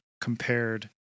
compared